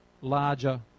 larger